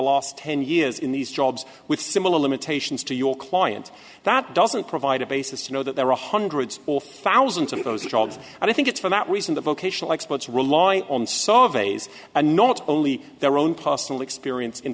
last ten years in these jobs with similar limitations to your client that doesn't provide a basis you know that there are hundreds or thousands of those jobs and i think it's for that reason that vocational experts rely on so vai's a not only their own possible experience in